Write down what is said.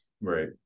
Right